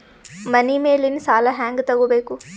ಮನಿ ಮೇಲಿನ ಸಾಲ ಹ್ಯಾಂಗ್ ತಗೋಬೇಕು?